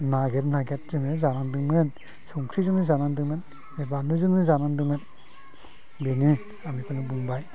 नागिर नागिर जोङो जानांदोंमोन संख्रिजोंनो जानांदोंमोन बानलुजोंनो जानांदोंमोन बेनो आं बेखौनो बुंबाय